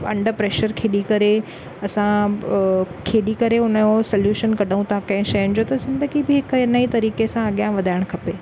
under pressure खेॾी करे असां खेॾी करे उन जो सॉल्यूशन कढूं था कंहिं शइ जो त ज़िंदगी बि हिकु इन ई तरीक़े सां अॻियां वधाइणु खपे